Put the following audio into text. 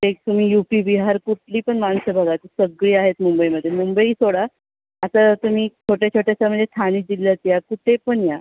ते तुम्ही U P Bihar कुठली पण माणसं बघा सगळी आहेत मुंबईमध्ये मुंबई सोडा आता तुम्ही छोट्या छोट्याशा म्हणजे ठाणे जिल्ह्यात या कुठे पण या